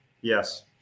Yes